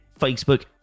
Facebook